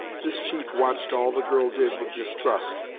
this chief watched all the girl did with distrust,